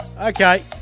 Okay